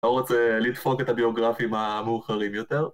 לא רוצה לדפוק את הביוגרפים המאוחרים יותר